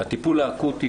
הטיפול האקוטי,